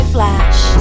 Flash